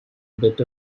bit